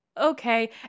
Okay